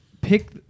pick